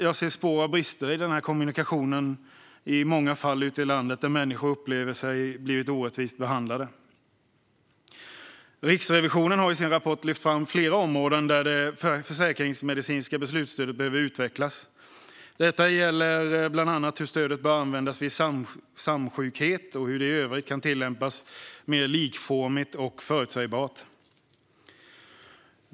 Jag ser också i många fall ute i landet spår av brister i kommunikationen där människor upplever sig ha blivit orättvist behandlade. Riksrevisionen har i sin rapport lyft fram flera områden där det försäkringsmedicinska beslutsstödet behöver utvecklas. Det gäller bland annat hur stödet bör användas vid samsjukhet och hur det i övrigt kan tillämpas mer likformigt och förutsägbart.